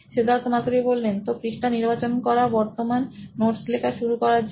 সিদ্ধার্থ মাতু রি সি ই ও নোইন ইলেক্ট্রনিক্স তো পৃষ্ঠা নিবার্চ ন করা বর্ত মান নোটস লেখা শুরু করার জন্য